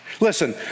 Listen